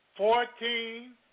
Fourteen